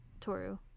Toru